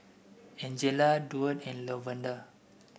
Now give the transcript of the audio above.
Angela Duard and Lavonda